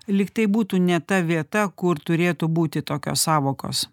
lyg tai būtų ne ta vieta kur turėtų būti tokios sąvokos